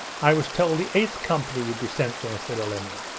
i was told the eighth company would be sent there said olenin.